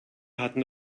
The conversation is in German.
hatten